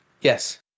yes